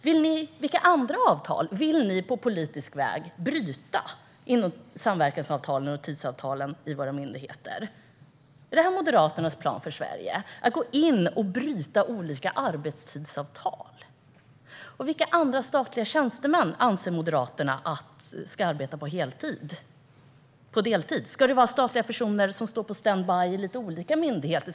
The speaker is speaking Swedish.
Vilka andra samverkansavtal och tidsavtal för våra myndigheter vill ni på politisk väg bryta? Är detta Moderaternas plan för Sverige - att gå in och bryta olika arbetstidsavtal? Och vilka andra statliga tjänstemän anser Moderaterna ska arbeta deltid? Ska statligt anställda stå på standby i lite olika myndigheter?